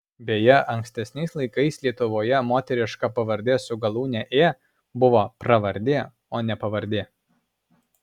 beje ankstesniais laikais lietuvoje moteriška pavardė su galūne ė buvo pravardė o ne pavardė